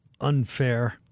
unfair